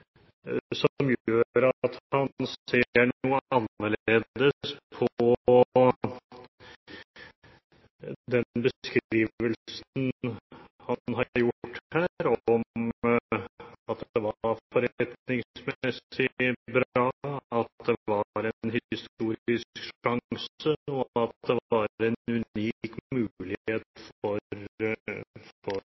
som gjør at han ser noe annerledes på det han har beskrevet her, at det var forretningsmessig bra, at det var en historisk sjanse, og at det var en unik mulighet for